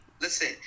Listen